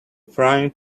frying